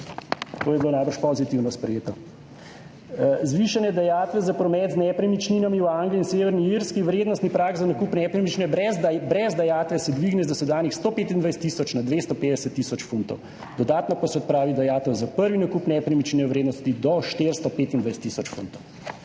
To je bilo najbrž pozitivno sprejeto. Zvišanje dajatve za promet z nepremičninami v Angliji in Severni Irski vrednostni prag za nakup nepremičnine brez dajatve se dvigne dosedanjih 125 tisoč na 250 tisoč funtov, dodatno pa se odpravi dajatev za prvi nakup nepremičnine v vrednosti do 425 tisoč funtov.